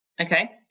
Okay